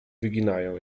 wyginają